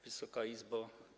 Wysoka Izbo!